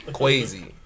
crazy